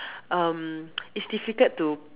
um is difficult to